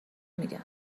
میگم